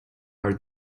are